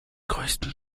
größten